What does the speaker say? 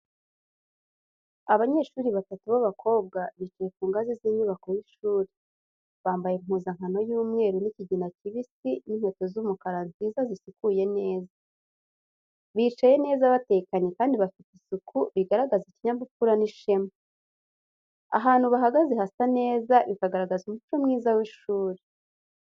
Abanyeshuri batatu b’abakobwa bicaye ku ngazi z’inyubako y’ishuri, bambaye impuzankano y’umweru n’ikigina kibisi, n’inkweto z’umukara nziza zisukuye neza. Bicaye neza batekanye kandi bafite isuku, bigaragaza ikinyabupfura n’ishema. Ahantu bahagaze hasa neza, bikagaragaza umuco mwiza w’ishuri.